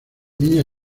niña